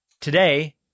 Today